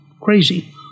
crazy